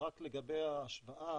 רק לגבי ההשוואה,